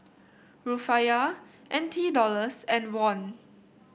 Rufiyaa N T Dollars and Won